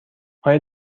آیا